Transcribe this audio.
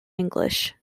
english